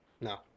No